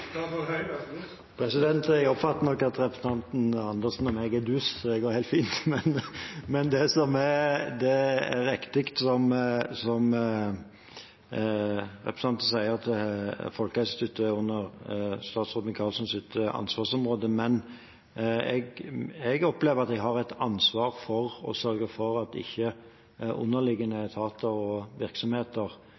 så det går helt fint. Det er riktig, som representanten Andersen sier, at Folkehelseinstituttet ligger under statsråd Michaelsens ansvarsområde, men jeg opplever at jeg har et ansvar for å sørge for at underliggende etater og virksomheter ikke